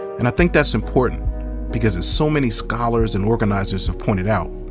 and i think that's important because as so many scholars and organizers have pointed out,